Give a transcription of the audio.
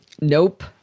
Nope